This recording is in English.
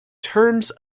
terms